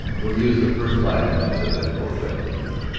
we'll use the first five minutes of it for a rest, too.